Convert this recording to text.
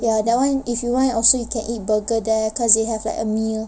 ya that one if you want also can eat burger that cause they have like a meal